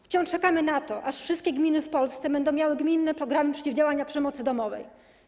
Wciąż czekamy na to, aż wszystkie gminy w Polsce będą miały gminne programy przeciwdziałania przemocy domowej.